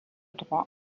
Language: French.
droit